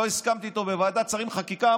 הסכמתי איתו בוועדת שרים לחקיקה,